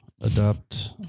adopt